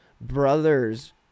brothers